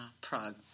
Prague